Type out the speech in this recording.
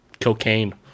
cocaine